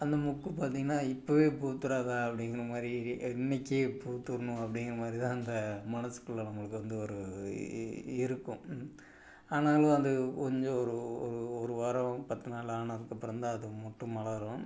அந்த மொக்கு பார்த்தீங்கன்னா இப்பவே பூத்துறாதா அப்படிங்கிற மாதிரி அது இன்றைக்கே பூத்திருணும் அப்படிங்கிற மாதிரி தான் அந்த மனசுக்குள்ளே நம்மளுக்கு வந்து ஒரு இ இருக்கும் ஆனாலும் அது கொஞ்சம் ஒரு ஒரு ஒரு வாரம் பத்து நாள் ஆனதுக்கப்புறம் தான் அது மொட்டு மலரும்